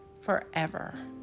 forever